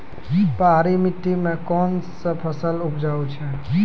पहाड़ी मिट्टी मैं कौन फसल उपजाऊ छ?